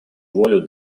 волю